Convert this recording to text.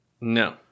No